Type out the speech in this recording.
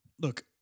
look